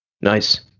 Nice